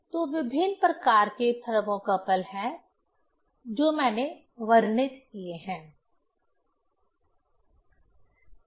तो विभिन्न प्रकार के थर्मोकपल हैं जो मैंने वर्णित किए है